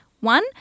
One